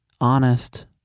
honest